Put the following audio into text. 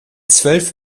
zwölf